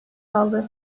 aldı